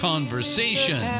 conversation